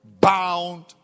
Bound